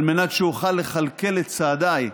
על מנת שאוכל לכלכל את צעדיי,